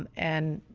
um and,